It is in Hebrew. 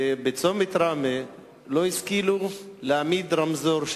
בצומת ראמה לא השכילו להעמיד רמזור,